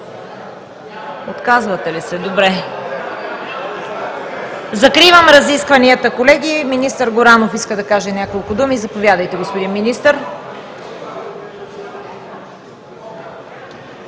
изказвания? Не виждам. Закривам разискванията, колеги. Министър Горанов иска да каже няколко думи. Заповядайте, господин Министър.